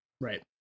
right